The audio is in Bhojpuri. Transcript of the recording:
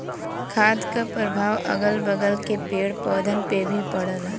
खाद क परभाव अगल बगल के पेड़ पौधन पे भी पड़ला